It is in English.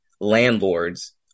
landlords